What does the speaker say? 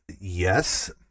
Yes